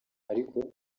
ariko